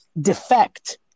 defect